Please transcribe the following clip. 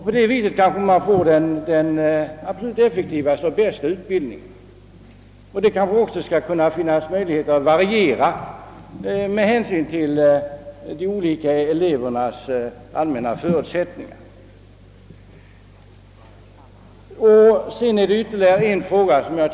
På det viset kan man måhända få den absolut effektivaste och bästa utbildningen, och möjligheter till variation med hänsyn till de olika elevernas allmänna förutsättning bör då också kunna erbjudas.